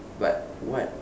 but what